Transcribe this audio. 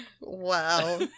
Wow